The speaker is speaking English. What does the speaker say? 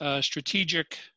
strategic